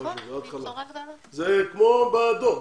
זה כמו בדוח,